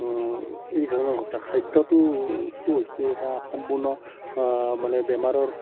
এই ধৰণৰ কথা খাদ্যটো হৈছে এটা সম্পূৰ্ণ মানে বেমাৰৰ